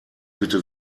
bitte